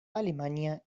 alemania